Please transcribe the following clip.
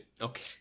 Okay